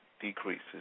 decreases